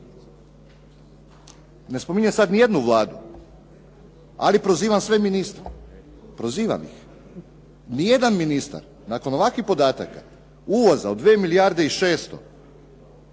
Ne spominjem sad ni jednu Vladu, ali prozivam sve ministre. Prozivam ih. Ni jedan ministar nakon ovakvih podataka uvoza od 2 milijarde i 600 milijuna